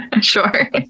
Sure